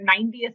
90th